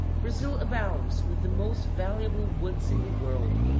brazil abounds with the most valuable woods in the world,